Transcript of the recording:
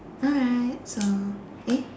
alright so eh